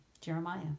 Jeremiah